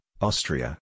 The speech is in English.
Austria